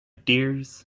dears